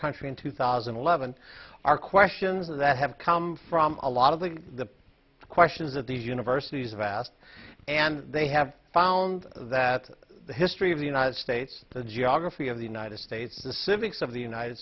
country in two thousand and eleven are questions that have come from a lot of the questions that these universities are vast and they have found that the history of the united states the geography of the united states the civics of the united